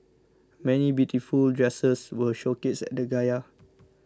many beautiful dresses were showcased at the gala